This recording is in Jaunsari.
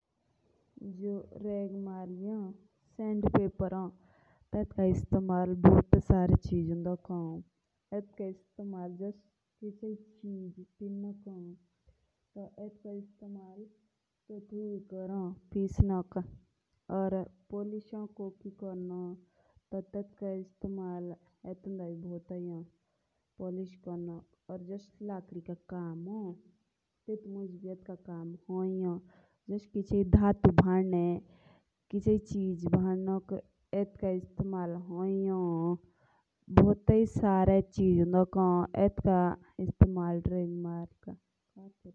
पोर्डा कोटुई चिजक गॉटनोक हो। या पोरदा घोरू के दर खिड़की पड़े सोजियानोक भी हो।